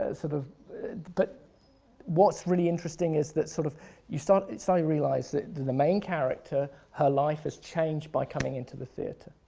ah sort of but what's really interesting is that sort of you start to so realize that the the main character, her life is changed by coming into the theater.